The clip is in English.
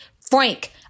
frank